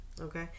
Okay